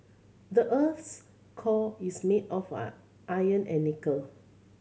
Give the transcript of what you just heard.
the earth's core is made of an iron and nickel